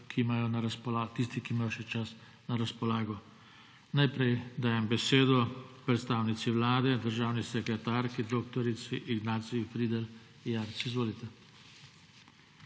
priporočila, tisti, ki imajo še čas na razpolago. Najprej dajem besedo predstavnici vlade, državni sekretarki dr. Ignaciji Fridl Jarc. Izvolite.